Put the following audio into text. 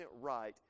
right